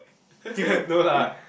no lah